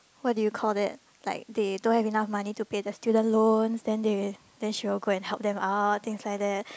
what did you call that like they don't have enough money to pay the student loan then they then she will go and help them out things like that